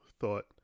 thought